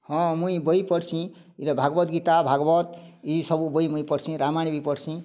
ହଁ ମୁଇଁ ବହି ପଢ଼୍ସିଁ ଭାଗବତ୍ ଗୀତା ଭାଗବତ୍ ଇ ସବୁ ବହି ମୁଇଁ ପଢ଼୍ସିଁ ରାମାୟଣ ବି ପଢ଼୍ସିଁ